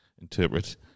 interpret